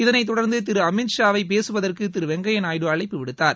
இதனைத் தொடர்ந்து திரு அமித்ஷாவை பேசுவதற்கு திரு வெங்கய்யா நாயுடு அழைப்பு விடுத்தார்